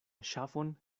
ŝafon